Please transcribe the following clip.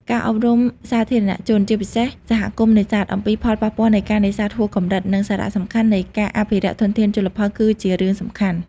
ការអប់រំសាធារណជន ជាពិសេសសហគមន៍នេសាទ អំពីផលប៉ះពាល់នៃការនេសាទហួសកម្រិត និងសារៈសំខាន់នៃការអភិរក្សធនធានជលផលគឺជារឿងសំខាន់។